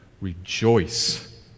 Rejoice